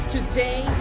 Today